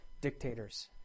dictators